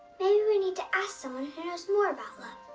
maybe we need to ask someone who knows more about love.